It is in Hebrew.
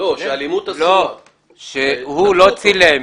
שהוא לא צילם.